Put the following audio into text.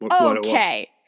Okay